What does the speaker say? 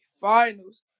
Finals